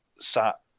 sat